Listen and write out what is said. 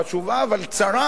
חשובה אבל צרה,